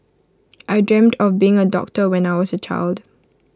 I dreamt of becoming A doctor when I was A child